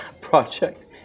project